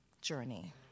journey